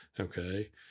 Okay